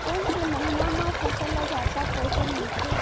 कोन से महीना म फसल ल जादा पोषण मिलथे?